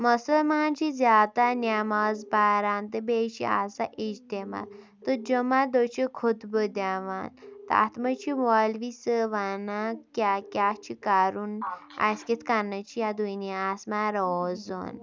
مُسلمان چھِ زیادٕ تَر نٮ۪ماز پَران تہٕ بیٚیہِ چھِ آسان اجتماع تہٕ جُمعہ دۄہ چھِ خُطبہٕ دِوان تہٕ اَتھ منٛز چھِ مولوی صٲب وَنان کیٛاہ کیٛاہ چھِ کَرُن اَسہِ کِتھ کَنٮ۪تھ چھِ یَتھ دُنیاہَس منٛز روزُن